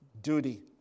Duty